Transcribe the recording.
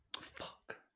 Fuck